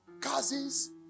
cousins